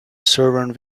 servant